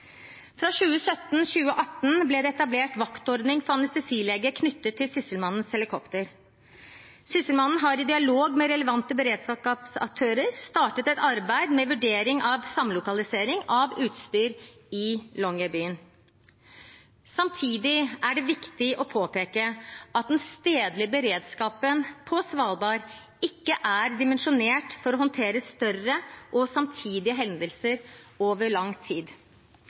Fra 2017/2018 ble det etablert vaktordning for anestesileger knyttet til Sysselmannens helikoptre. Sysselmannen har i dialog med relevante beredskapsaktører startet et arbeid med vurdering av samlokalisering av utstyr i Longyearbyen. Samtidig er det viktig å påpeke at den stedlige beredskapen på Svalbard ikke er dimensjonert for å håndtere større og samtidige hendelser over lang tid.